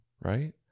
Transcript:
right